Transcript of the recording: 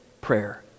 Prayer